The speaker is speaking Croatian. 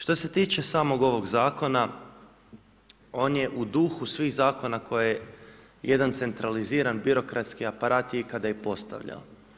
Što se tiče samog ovog Zakona, on je u duhu svih zakona koje jedan centraliziran birokratski aparat ikada i postavljao.